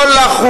לא.